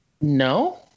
No